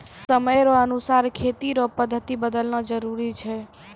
समय रो अनुसार खेती रो पद्धति बदलना जरुरी छै